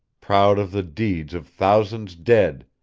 proud of the deeds of thousands dead!